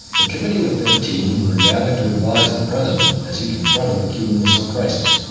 the committee of fifteen and were gathered to advise the president as he confronted the cuban missile crisis.